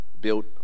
build